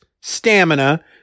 stamina